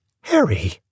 Harry